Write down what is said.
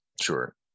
sure